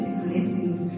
blessings